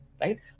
right